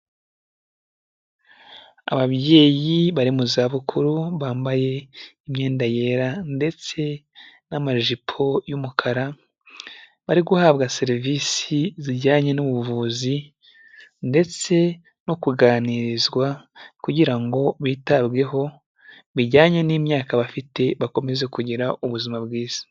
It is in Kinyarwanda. Ababyeyi bari mu z'abukuru bambaye imyenda yera ndetse n'amajipo y'umukara bari guhabwa serivisi zijyanye n'ubuvuzi ndetse no kuganirizwa kugira ngo bitabweho bijyanye n'imyaka bafite bakomeze kugira ubuzima bwiza.